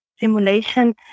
simulation